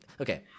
Okay